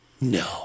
No